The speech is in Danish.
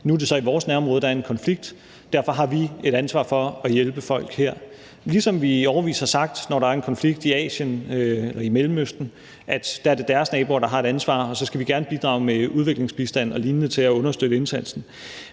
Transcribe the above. Nu er det så i vores nærområde, der er en konflikt. Derfor har vi et ansvar for at hjælpe folk her, ligesom vi i årevis har sagt, at når der er en konflikt i Asien eller i Mellemøsten, er det deres naboer, der har et ansvar, og så skal vi gerne bidrage med udviklingsbistand og lignende til at understøtte indsatsen.